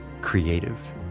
creative